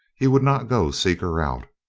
he would not go seek her out.